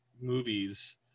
movies